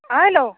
hello